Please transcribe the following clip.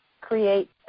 create